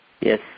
Yes